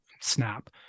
snap